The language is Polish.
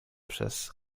przez